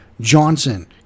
Johnson